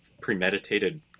premeditated